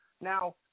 Now